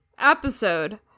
episode